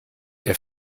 der